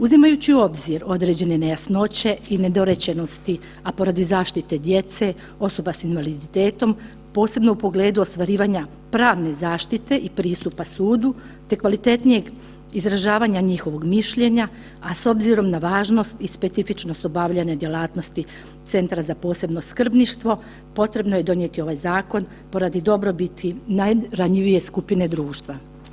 Uzimajući u obzir određene nejasnoće i nedorečenosti, a poradi zaštite djece osoba s invaliditetom, posebno u pogledu ostvarivanja pravne zaštite i pristupa sudu, te kvalitetnijeg izražavanja njihovog mišljenja, a s obzirom na važnost i specifičnost obavljanja djelatnosti Centra za posebno skrbništvo potrebno je donijeti ovaj zakon poradi dobrobiti najranjivije skupine društva.